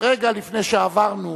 רגע לפני שעברנו